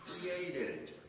created